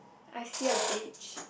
I see a beach